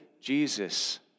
Jesus